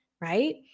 right